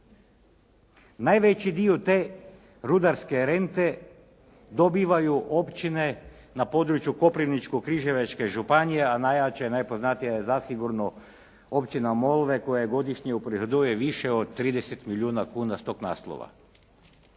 Najveći dio te rudarske rente dobivaju općine na području Koprivničko-križevačke županije, a najjača i najpoznatija je zasigurno Općina Molve koja godišnje uprihoduje više od 30 milijuna kuna s tog naslova.